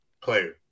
Player